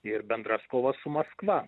ir bendras kovos su maskva